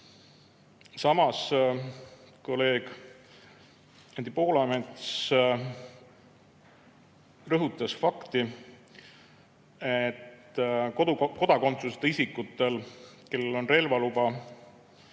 Samas kolleeg Anti Poolamets rõhutas fakti, et kodakondsuseta isikutele, kellel on relvaluba,